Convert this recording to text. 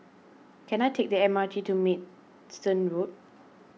can I take the M R T to Maidstone Road